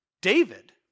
David